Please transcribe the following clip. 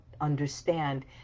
understand